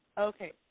okay